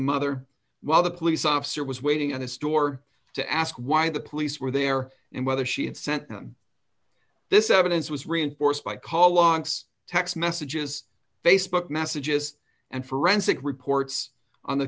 mother while the police officer was waiting at his door to ask why the police were there and whether she had sent them this evidence was reinforced by call logs text messages facebook messages and forensic reports on the